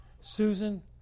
Susan